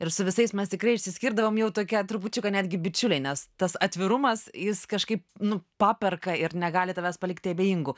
ir su visais mes tikrai išsiskirdavom jau tokie trupučiuką netgi bičiuliai nes tas atvirumas jis kažkaip nu paperka ir negali tavęs palikti abejingu